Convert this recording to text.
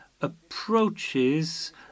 approaches